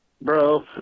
bro